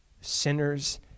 sinners